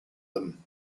them